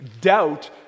doubt